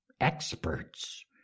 experts